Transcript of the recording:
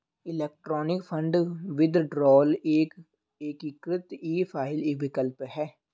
electronic fund withdrawal एक एकीकृत e file विकल्प है